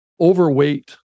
overweight